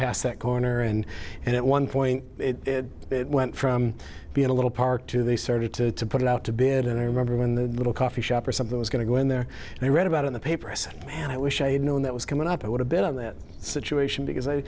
past that corner and and at one point it went from being a little park to they started to put it out to bed and i remember when the little coffee shop or something was going to go in there and i read about in the paper and i wish i had known that was coming up i would have been in that situation because i